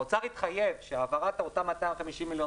האוצר התחייב שהעברת אותם 250 מיליון